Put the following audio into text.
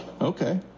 Okay